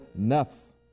nafs